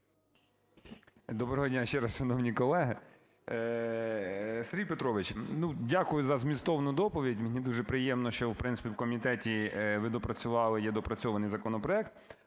Доброго дня ще раз шановні колеги! Сергій Петрович, ну, дякую за змістовну доповідь. Мені дуже приємно, що, в принципі, в комітеті ви доопрацювали, є доопрацьований законопроект.